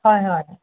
হয় হয়